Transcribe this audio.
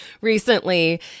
recently